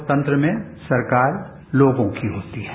लोकतंत्र में सरकार लोगों की होती है